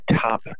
top